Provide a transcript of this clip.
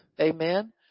Amen